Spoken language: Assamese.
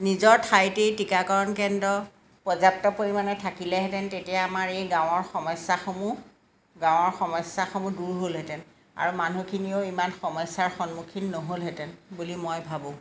নিজৰ ঠাইতেই টীকাকৰণ কেন্দ্ৰ পৰ্যাপ্ত পৰিমাণে থাকিলেহেঁতেন তেতিয়া আমাৰ এই গাঁৱৰ সমস্যাসমূহ গাঁৱৰ সমস্যাসমূহ দূৰ হ'লহেঁতেন আৰু মানুহখিনিও ইমান সমস্যাৰ সন্মুখীন নহ'লহেঁতেন বুলি মই ভাবোঁ